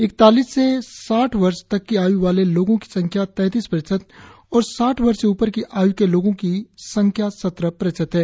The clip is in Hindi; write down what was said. इकतालीस से साठ वर्ष तक की आय् वाले लोगों की संख्या तैंतीस प्रतिशत और साठ वर्ष से ऊपर की आय् के लोगों की संख्या सत्रह प्रतिशत है